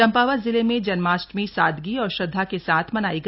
चंपावत जिले में जन्माष्टमी सादगी और श्रद्धा के साथ मनाया गया